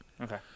Okay